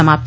समाप्त